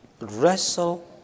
Wrestle